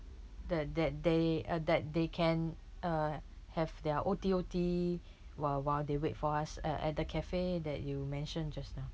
the that they uh that they can uh have their O_T O_T while while they wait for us uh at the cafe that you mentioned just now